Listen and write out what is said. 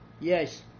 yes